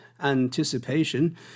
anticipation